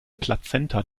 plazenta